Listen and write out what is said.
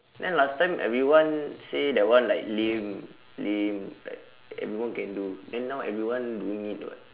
then last time everyone say that one like lame lame like everyone can do then now everyone doing it [what]